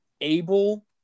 able